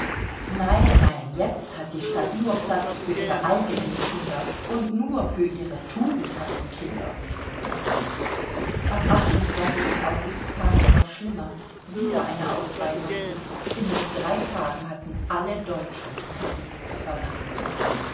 nein nein jetzt hat die stadt nur platz für ihre eigenen kinder und nur für ihre tugendhaften kinder am august kam es noch schlimmer wieder eine ausweisung binnen drei tagen hatten alle deutsche paris zu verlassen